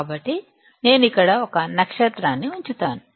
కాబట్టి నేను ఇక్కడ ఒక నక్షత్రాన్ని ఉంచుతాను